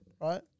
Right